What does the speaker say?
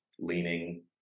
leaning